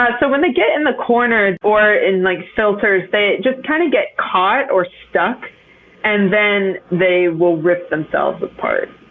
um so when they get in the corner, or in, like, filters, they just kind of get caught or stuck and then they will rip themselves apart.